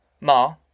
Ma